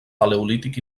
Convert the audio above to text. paleolític